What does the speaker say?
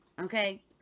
okay